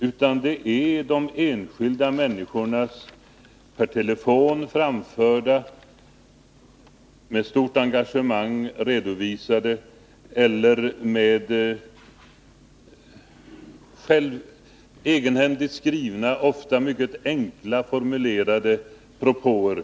I stället har det varit enskilda människors per telefon framförda och med stort engagemang redovisade eller egenhändigt skrivna och ofta mycket enkelt formulerade propåer.